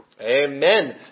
Amen